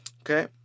Okay